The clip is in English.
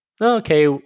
Okay